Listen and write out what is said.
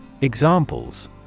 Examples